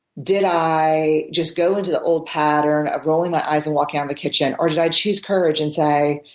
did i just go into the old pattern of rolling my eyes and walking out of the kitchen or did i choose courage and say,